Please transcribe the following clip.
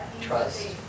trust